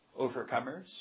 overcomers